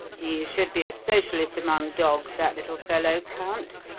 he should be a socialist among dogs, that little fellow, count.